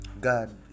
God